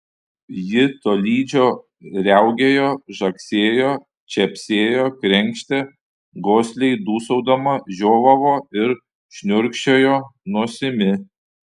ji tolydžio riaugėjo žagsėjo čepsėjo krenkštė gosliai dūsaudama žiovavo ir šniurkščiojo nosimi